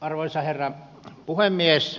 arvoisa herra puhemies